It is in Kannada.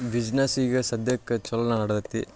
ಬಿಸ್ನೆಸ್ ಈಗ ಸದ್ಯಕ್ಕೆ ಚೊಲೊನೇ ನಡ್ದೈತಿ